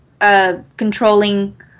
Controlling